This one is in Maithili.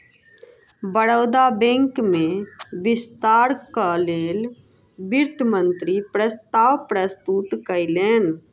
बड़ौदा बैंक में विस्तारक लेल वित्त मंत्री प्रस्ताव प्रस्तुत कयलैन